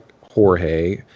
Jorge